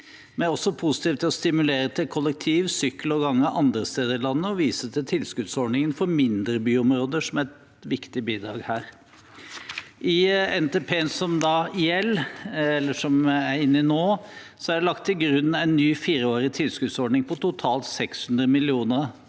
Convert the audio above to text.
Vi er også positive til å stimulere til kollektiv, sykkel og gange andre steder i landet, og vi viser til tilskuddsordningen for mindre byområder som et viktig bidrag her. I NTP-en som vi er inne i nå, er det lagt til grunn en ny fireårig tilskuddsordning på totalt 600 mill.